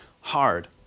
hard